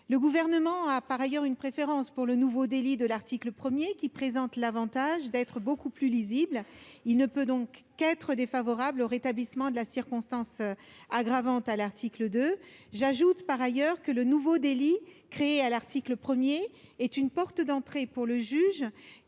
Le Gouvernement a par ailleurs une préférence pour le nouveau délit de l'article 1, qui présente l'avantage d'être beaucoup plus lisible. Il ne peut donc qu'être défavorable au rétablissement de la circonstance aggravante à l'article 2. J'ajoute par ailleurs que le nouveau délit créé à l'article 1 est une porte d'entrée pour le juge,